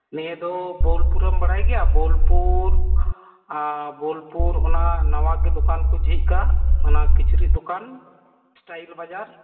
ᱱᱤᱭᱟᱹᱫᱚ ᱵᱳᱞᱯᱩᱨᱮᱢ ᱵᱟᱲᱟᱭ ᱜᱮᱭᱟ ᱵᱳᱞᱯᱩᱨ ᱵᱳᱞᱯᱩᱨ ᱚᱱᱟ ᱱᱟᱶᱟᱜᱮ ᱫᱚᱠᱟᱱ ᱠᱚ ᱡᱷᱤᱡ ᱟᱠᱟᱫ ᱚᱱᱟ ᱠᱤᱪᱨᱤᱡ ᱫᱚᱠᱟᱱ ᱥᱴᱟᱭᱤᱞ ᱵᱟᱡᱟᱨ